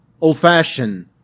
old-fashioned